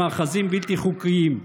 למאחזים בלתי חוקיים.